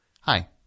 Hi